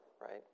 right